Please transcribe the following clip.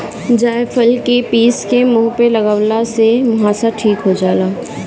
जायफल के पीस के मुह पे लगवला से मुहासा ठीक हो जाला